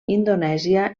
indonèsia